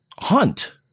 hunt